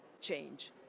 change